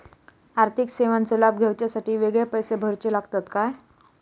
आर्थिक सेवेंचो लाभ घेवच्यासाठी वेगळे पैसे भरुचे लागतत काय?